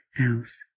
else